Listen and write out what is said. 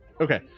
Okay